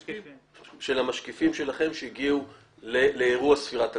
המשקיפים שלכם שהגיעו לאירוע ספירת הקולות.